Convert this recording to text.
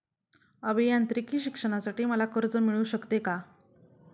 अभियांत्रिकी शिक्षणासाठी मला कर्ज मिळू शकते का?